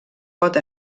pot